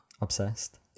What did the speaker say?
Obsessed